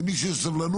אז למי שיש סבלנות,